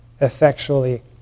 effectually